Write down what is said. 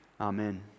Amen